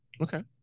okay